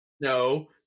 No